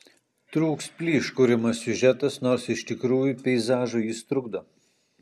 trūks plyš kuriamas siužetas nors iš tikrųjų peizažui jis trukdo